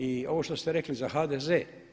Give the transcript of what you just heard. I ovo što ste rekli za HDZ.